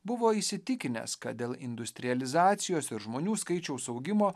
buvo įsitikinęs kad dėl industrializacijos ir žmonių skaičiaus augimo